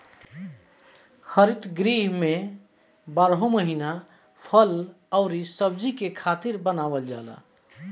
हरित गृह में बारहो महिना फल अउरी सब्जी के रखे खातिर बनावल जाला